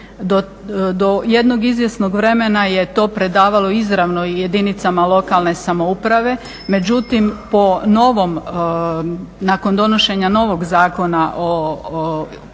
do jednog izvjesnog vremena je to predavalo izravno i jedinicama lokalne samouprave. Međutim po novom, nakon donošenja novog Zakona koji